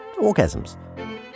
orgasms